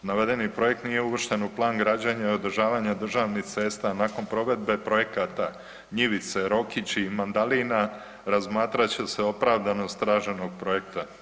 Navedeni projekt nije uvršten u plan građenja i održavanja državnih cesta, nakon provedbe projekata Njivice-Rokići-Mandalina, razmatrat će se opravdanost traženog projekta.